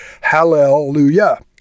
hallelujah